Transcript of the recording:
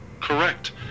correct